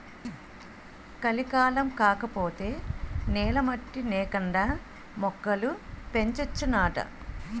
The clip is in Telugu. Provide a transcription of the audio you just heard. కలికాలం కాకపోతే నేల మట్టి నేకండా మొక్కలు పెంచొచ్చునాట